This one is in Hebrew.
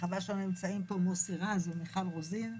וחבל שלא נמצאים פה מוסי רז ומיכל רוזין,